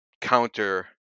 counter